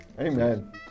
Amen